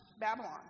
Babylon